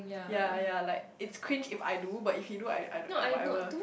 yea yea like it's cringe if I do but if you do I I like whatever